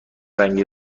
رنگی